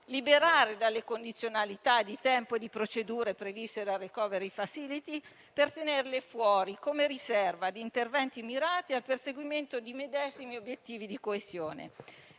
liberare dalle condizionalità di tempo e di procedure previste dal *recovery facility* per tenerle fuori, come riserva di interventi mirati al perseguimento dei medesimi obiettivi di coesione.